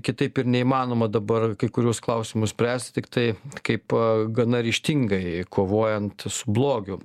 kitaip ir neįmanoma dabar kai kuriuos klausimus spręsti tiktai kaip a gana ryžtingai kovojant su blogiu